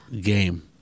game